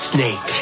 Snake